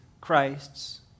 Christ's